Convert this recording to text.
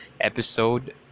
Episode